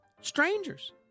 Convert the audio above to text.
strangers